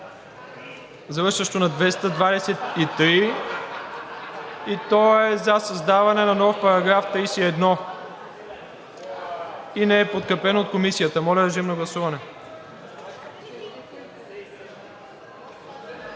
завършващо на 223, и то е за създаване на нов параграф 31 и не е подкрепено от Комисията. Гласували